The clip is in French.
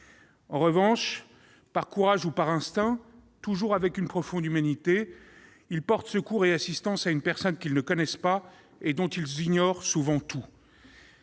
En revanche, par courage ou par instinct, toujours avec une profonde humanité, ils portent secours et assistance à une personne qu'ils ne connaissent pas et dont ils ignorent souvent tout.